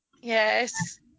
yes